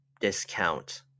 discount